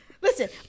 Listen